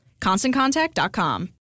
ConstantContact.com